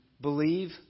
believe